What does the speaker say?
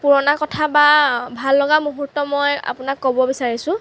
পুৰণা কথা বা ভাল লগা মুহুৰ্ত মই আপোনাক ক'ব বিচাৰিছোঁ